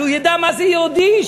שידע מה זה יהודי,